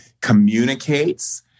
communicates